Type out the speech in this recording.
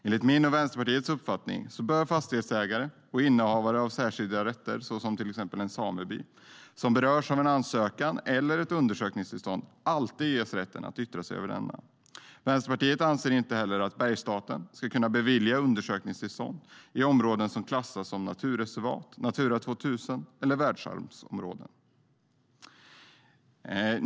Enligt min och Vänsterpartiets uppfattning bör fastighetsägare och innehavare av särskilda rätter, till exempel en sameby, som berörs av en ansökan eller ett undersökningstillstånd alltid ges rätten att yttra sig. Vänsterpartiet anser inte heller att Bergsstaten ska kunna bevilja undersökningstillstånd i områden som klassas som naturreservat, Natura 2000-område eller världsarvsområde.